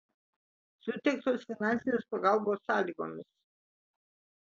suteiktos finansinės pagalbos sąlygomis